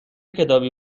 کتابی